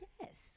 Yes